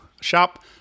Shop